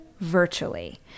virtually